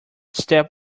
step